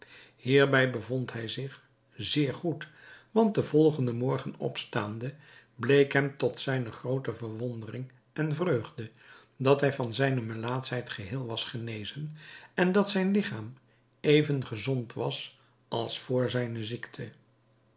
hierbij bevond hij zich zeer goed want den volgenden morgen opstaande bleek hem tot zijne groote verwondering en vreugde dat hij van zijne melaatschheid geheel was genezen en dat zijn ligchaam even gezond was als vr zijne ziekte